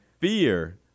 fear